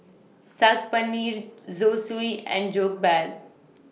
Saag Paneer Zosui and Jokbal